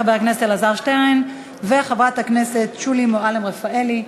חבר הכנסת אלעזר שטרן וחברת הכנסת שולי מועלם-רפאלי.